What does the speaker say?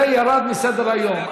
זה ירד מסדר-היום.